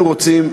אנחנו רוצים,